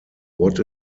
what